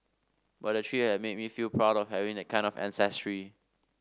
but the trip at made me feel proud of having that kind of ancestry